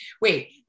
Wait